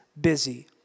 busy